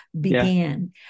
began